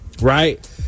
Right